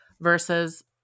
versus